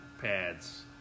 pads